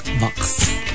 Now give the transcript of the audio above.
box